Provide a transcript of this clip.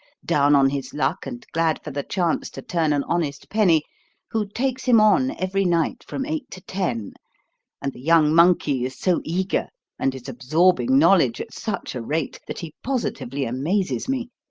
down on his luck and glad for the chance to turn an honest penny who takes him on every night from eight to ten and the young monkey is so eager and is absorbing knowledge at such a rate that he positively amazes me.